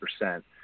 percent